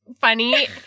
funny